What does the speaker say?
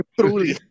truly